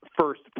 first